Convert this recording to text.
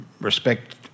respect